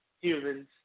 humans